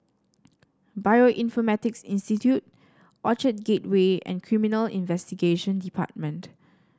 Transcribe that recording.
Bioinformatics Institute Orchard Gateway and Criminal Investigation Department